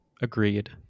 agreed